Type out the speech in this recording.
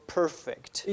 perfect